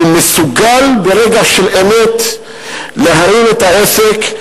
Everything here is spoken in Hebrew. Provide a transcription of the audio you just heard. שהוא מסוגל ברגע של אמת להרים את העסק,